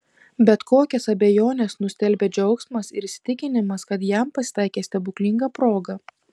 bet kokias abejones nustelbia džiaugsmas ir įsitikinimas kad jam pasitaikė stebuklinga proga